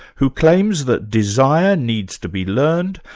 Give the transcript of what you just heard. who claims that desire needs to be learned,